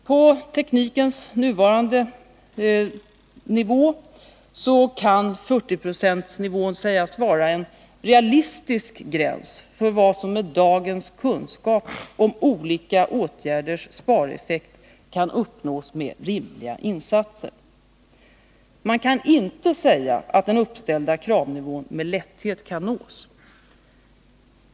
På teknikens nuvarande nivå kan 40 9o-nivån sägas vara en realistisk gräns för vad som med dagens kunskap om olika åtgärders spareffekt kan uppnås med rimliga insatser. Man kan inte säga att den uppställda kravnivån kan uppnås med lätthet.